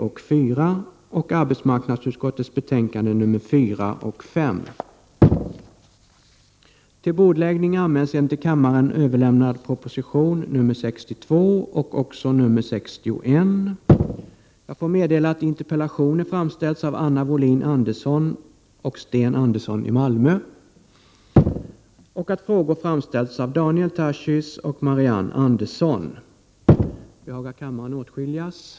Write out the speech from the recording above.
Hur många ytterligare palestinska asylärenden är under behandling hos SIV och regeringen, och hur långa är handläggningstiderna i dessa fall? 3. Avviker de palestinska fallen principiellt eller ur säkerhetssynpunkt från andra asylärenden, och i så fall på vilket sätt? 4. Följer regeringen regelmässigt de yttranden som avges av säkerhetspolisen i palestinska utvisningsärenden och, om så inte är fallet, i vilken utsträckning?